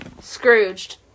Scrooged